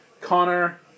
Connor